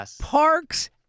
Parks